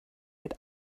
mit